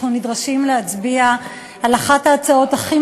אנחנו נדרשים להצביע על אחת ההצעות הכי